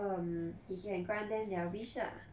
um he can grant them their wish lah